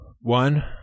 one